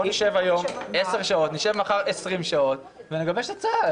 נשב היום 10 שעות, נשב מחר 20 שעות ונגבש הצעה.